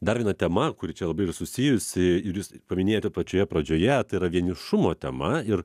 dar viena tema kuri čia labai ir susijusi ir jūs paminėjote pačioje pradžioje tai yra vienišumo tema ir